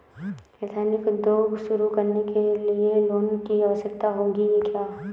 Ethnic उद्योग शुरू करने लिए लोन की आवश्यकता होगी क्या?